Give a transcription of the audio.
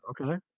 okay